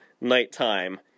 Nighttime